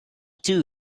too